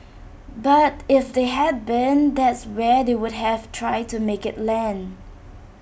but if they had been that's where they would have tried to make IT land